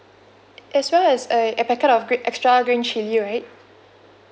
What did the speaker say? as well as a a packet of gre~ extra green chilli right